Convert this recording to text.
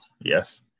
Yes